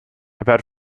about